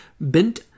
bent